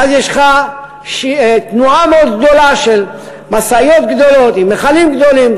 ואז יש לך תנועה מאוד גדולה של משאיות גדולות עם מכלים גדולים,